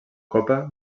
copa